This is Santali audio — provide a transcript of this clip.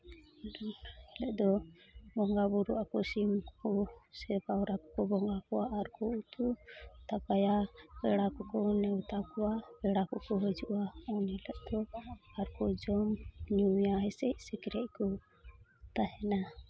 ᱫᱚ ᱵᱚᱸᱜᱟᱼᱵᱩᱨᱩᱜ ᱟᱠᱚ ᱥᱤᱢ ᱠᱚ ᱥᱮ ᱯᱟᱣᱨᱟ ᱠᱚᱠᱚ ᱵᱚᱸᱜᱟ ᱠᱚᱣᱟ ᱟᱨ ᱠᱚ ᱩᱛᱩ ᱫᱟᱠᱟᱭᱟ ᱯᱮᱲᱟ ᱠᱚᱠᱚ ᱱᱮᱶᱛᱟ ᱠᱚᱣᱟ ᱯᱮᱲᱟ ᱠᱚᱠᱚ ᱦᱤᱡᱩᱜᱼᱟ ᱩᱱ ᱦᱤᱞᱳᱜ ᱫᱚ ᱟᱨᱠᱚ ᱡᱚᱢᱼᱧᱩᱭᱟ ᱦᱮᱸᱥᱮᱡᱼᱥᱮᱠᱨᱮᱡ ᱠᱚ ᱛᱟᱦᱮᱱᱟ